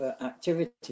activity